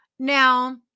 Now